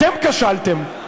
אתם כשלתם,